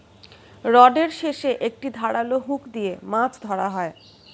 রডের শেষে একটি ধারালো হুক দিয়ে মাছ ধরা হয়